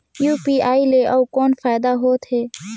UPI ले अउ कौन फायदा होथ है?